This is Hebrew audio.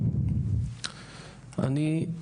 אני,